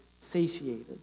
satiated